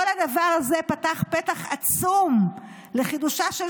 כל הדבר הזה פתח פתח עצום לחידושה של